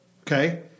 Okay